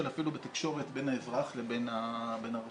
אפילו בתקשורת בין האזרח לבין הרשות.